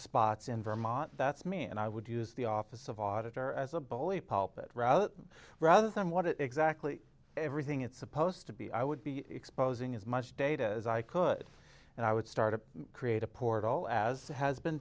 spots in vermont that's me and i would use the office of auditor as a bully pulpit rather rather than what exactly everything is supposed to be i would be exposing as much data as i could and i would start to create a portal as has been